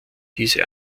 diese